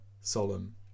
solemn